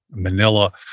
manila,